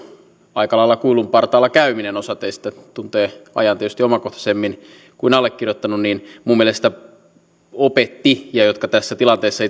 aika lailla kuilun partaalla käyminen osa teistä tuntee ajan tietysti omakohtaisemmin kuin allekirjoittanut minun mielestäni antoi ja jotka tässä tilanteessa